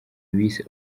bise